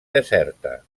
deserta